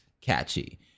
catchy